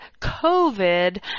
COVID